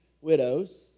widows